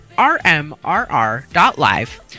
rmrr.live